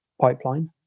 pipeline